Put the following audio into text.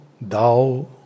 thou